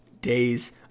days